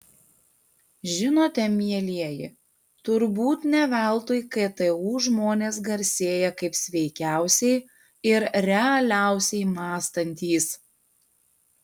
žinote mielieji turbūt ne veltui ktu žmonės garsėja kaip sveikiausiai ir realiausiai mąstantys